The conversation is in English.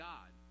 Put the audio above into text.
God